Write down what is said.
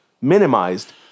minimized